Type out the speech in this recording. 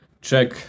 check